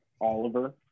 Oliver